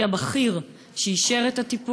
1. מי הוא הגורם המקצועי הבכיר שאישר את הטיפול?